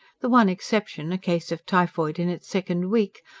the one exception, a case of typhoid in its second week,